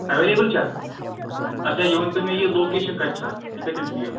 available چھا اچھا یہِ ؤنۍ تَو مےٚ یہِ لوکیشَن کَتہِ چھا اتھ یہِ کَتٮ۪ن چھُ یہِ